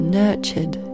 nurtured